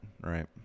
right